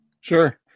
Sure